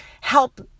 help